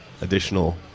additional